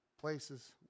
places